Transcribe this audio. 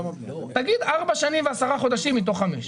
תגיד ארבע שנים ועשרה חודשים מתוך חמש.